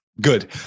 Good